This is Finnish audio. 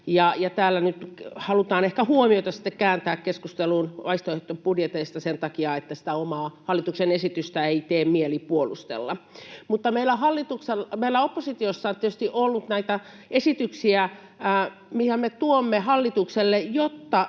täällä nyt halutaan ehkä huomiota kääntää keskusteluun vaihtoehtobudjeteista sen takia, että sitä omaa hallituksen esitystä ei tee mieli puolustella. Mutta meillä oppositiossa on tietysti ollut näitä esityksiä, joita me tuomme hallitukselle, koska